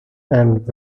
and